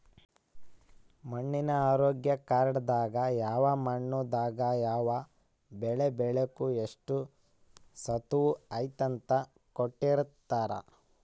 ಮಣ್ಣಿನ ಆರೋಗ್ಯ ಕಾರ್ಡ್ ದಾಗ ಯಾವ ಮಣ್ಣು ದಾಗ ಯಾವ ಬೆಳೆ ಬೆಳಿಬೆಕು ಎಷ್ಟು ಸತುವ್ ಐತಿ ಅಂತ ಕೋಟ್ಟಿರ್ತಾರಾ